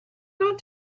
not